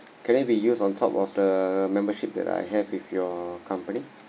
can it be used on top of the membership that I have with your company